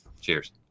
cheers